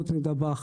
חוץ מדבאח,